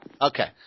Okay